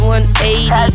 180